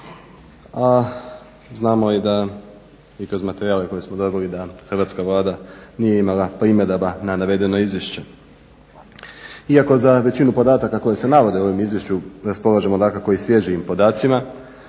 a znamo i da kroz materijale koje smo dobili da hrvatska Vlada nije imala primjedaba na navedena izvješća. Iako za većinu podatka koji se navode u ovom izvješću, raspolažemo dakako i svježijim podacima